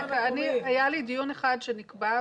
היה לי דיון אחד שנקבע,